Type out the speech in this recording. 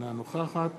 אינה נוכחת